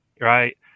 right